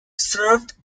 served